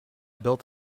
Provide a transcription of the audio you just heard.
built